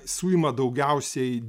suima daugiausiai